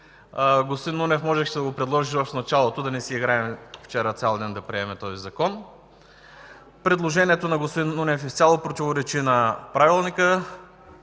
Нунев, можеше да го предложите в началото, за да не си играем вчера цял ден да приемаме този закон. Предложението на господин Нунев изцяло противоречи на Правилника